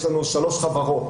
יש לנו שלוש חברות